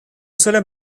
suele